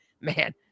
man